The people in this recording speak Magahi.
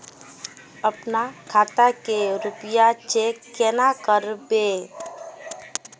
अपना खाता के रुपया चेक केना करबे?